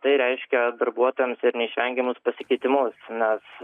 tai reiškia darbuotojams ir neišvengiamus pasikeitimus nes